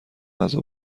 غذا